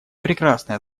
прекрасные